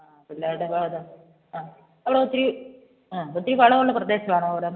ആ പിള്ളേരുടെ ഭാഗത്ത് ആ അവിടെ ആ ഒത്തിരി വളവുള്ള പ്രദേശവാണോ അവിടം